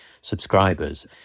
subscribers